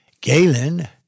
Galen